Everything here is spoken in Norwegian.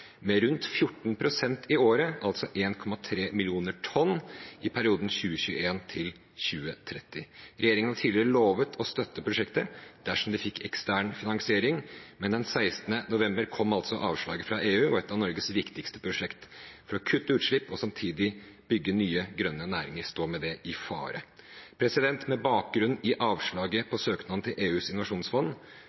med rundt 14 pst. i året, altså 1,3 millioner tonn i perioden 2021–2030. Regjeringen har tidligere lovet å støtte prosjektet dersom det fikk ekstern finansiering, men den 16. november kom avslaget fra EU, og et av Norges viktigste prosjekt for å kutte utslipp og samtidig bygge nye grønne næringer står med det i fare. Med bakgrunn i avslaget på søknaden til EUs innovasjonsfond